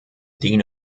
dean